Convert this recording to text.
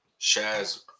Shaz